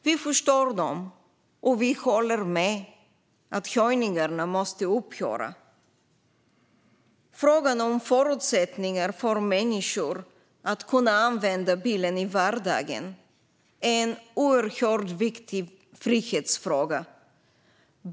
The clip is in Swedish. Vi förstår dem, och vi håller med om att höjningarna måste upphöra. Förutsättningarna för människor att använda bilen i vardagen är en oerhört viktig frihetsfråga.